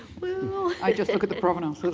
i just look at the provenances.